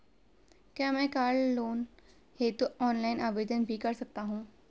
क्या मैं car loan हेतु ऑनलाइन आवेदन भी कर सकता हूँ?